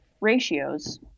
ratios